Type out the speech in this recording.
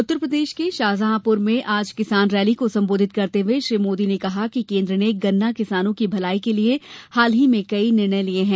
उत्तरप्रदेश के शाहजहांपुर में आज किसान रैली को संबोधित करते हुए श्री मोदी ने कहा कि केन्द्र ने गन्ना किसानों की भलाई के लिये हाल ही में कई निर्णय लिये हैं